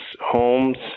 homes